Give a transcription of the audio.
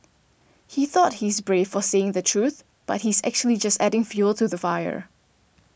he thought he's brave for saying the truth but he's actually just adding fuel to the fire